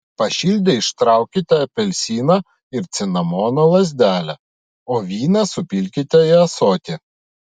pašildę ištraukite apelsiną ir cinamono lazdelę o vyną supilkite į ąsotį